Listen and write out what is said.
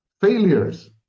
failures